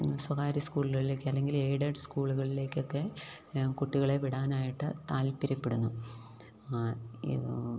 ഇന്ന് സ്വകാര്യ സ്കൂളുകളിലേക്ക് അല്ലെങ്കില് ഏയ്ഡഡ് സ്കൂളുകളിലേക്കൊക്കെ കുട്ടികളെ വിടാനായിട്ട് താല്പര്യപ്പെടുന്നു